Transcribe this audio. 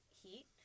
heat